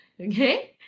Okay